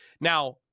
Now